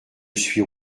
suis